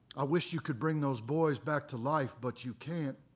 i wish you could bring those boys back to life, but you can't.